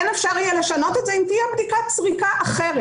כן אפשר יהיה לשנות את זה אם תהיה בדיקת סריקה אחרת,